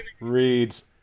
reads